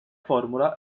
formula